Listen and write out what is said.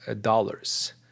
dollars